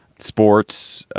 sports.